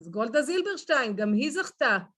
גולדה זילברשטיין, גם היא זכתה.